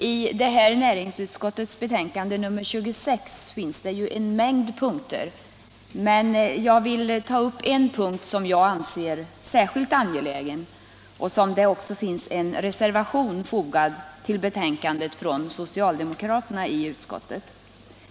Herr talman! I näringsutskottets betänkande nr 26 finns det ju en mängd punkter. Jag vill ta upp en punkt som jag anser vara särskilt angelägen och där det också finns en reservation från socialdemokraterna i utskottet.